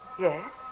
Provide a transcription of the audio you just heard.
Yes